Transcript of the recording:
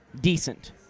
decent